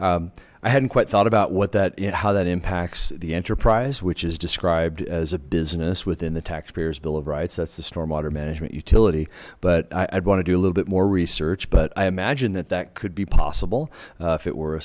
community i hadn't quite thought about what that and how that impacts the enterprise which is described as a business within the taxpayers bill of rights that's the stormwater management utility but i'd want to do a little bit more research but i imagine that that could be possible if it